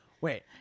Wait